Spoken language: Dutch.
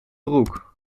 broek